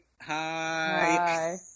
hi